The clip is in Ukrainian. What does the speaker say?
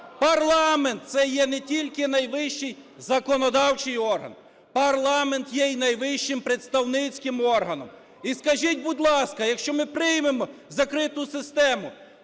Парламент - це є не тільки найвищий законодавчий орган, парламент – є найвищим представницьким органом. І скажіть, будь ласка, якщо ми приймемо закриту систему,